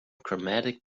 chromatic